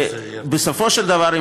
ובסופו של דבר,